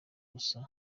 usa